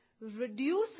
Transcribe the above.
reduce